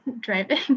driving